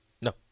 No